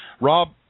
Rob